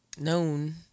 Known